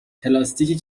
پلاستیک